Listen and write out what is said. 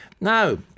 Now